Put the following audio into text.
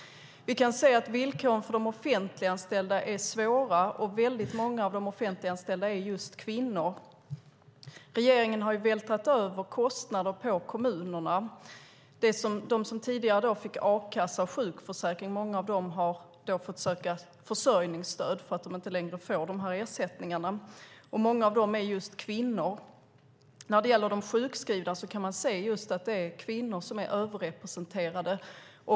Vi kan se att villkoren för de offentliganställda är svåra, och många av de offentliganställda är just kvinnor. Regeringen har vältrat över kostnader på kommunerna. Många av dem som tidigare fick a-kassa och sjukförsäkring har fått söka försörjningsstöd för att de inte längre får de här ersättningarna. Och många av dem är kvinnor. När det gäller de sjukskrivna kan man se att kvinnor är överrepresenterade.